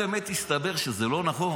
לא צריך ועדת חקירה ממלכתית, פתרתם את הבעיה.